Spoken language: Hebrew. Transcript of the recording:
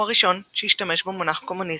הוא הראשון שהשתמש במונח קומוניזם.